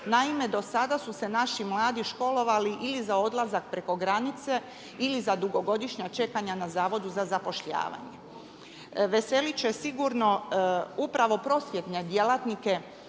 Naime, do sada su se naši mladi školovali ili za odlazak preko granice ili za dugogodišnja čekanja na Zavodu za zapošljavanje. Veselit će sigurno upravo prosvjetne djelatnike,